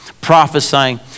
prophesying